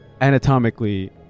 anatomically